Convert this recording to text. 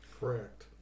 Correct